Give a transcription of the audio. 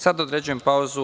Sada određujem pauzu.